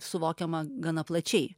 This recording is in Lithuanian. suvokiama gana plačiai